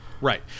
Right